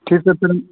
ठीक है फिर